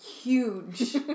huge